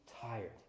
tired